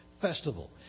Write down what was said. festival